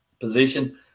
position